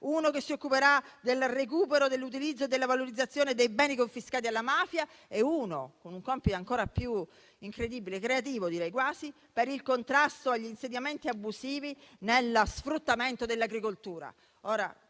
uno che si occuperà del recupero, dell'utilizzo e della valorizzazione dei beni confiscati alla mafia e uno con un compito, ancora più incredibile e creativo, per il contrasto agli insediamenti abusivi nello sfruttamento dell'agricoltura.